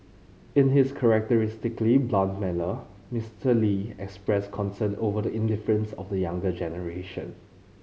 in his characteristically blunt manner Mister Lee expressed concern over the indifference of the younger generation